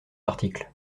article